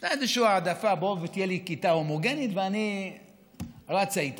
ישנה איזושהי העדפה: תהיה לי כיתה הומוגנית ואני רצה איתה,